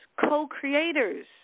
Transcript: co-creators